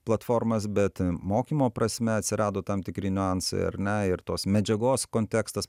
platformas bet mokymo prasme atsirado tam tikri niuansai ar ne ir tos medžiagos kontekstas